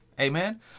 Amen